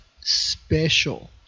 special